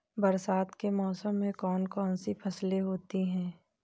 बरसात के मौसम में कौन कौन सी फसलें होती हैं?